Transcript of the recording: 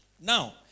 Now